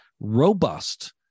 robust